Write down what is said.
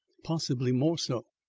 possibly more so.